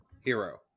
hero